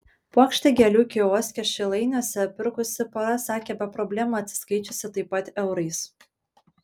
puokštę gėlių kioske šilainiuose pirkusi pora sakė be problemų atsiskaičiusi taip pat eurais